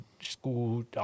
school